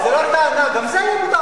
זאת לא טענה, גם זה מותר.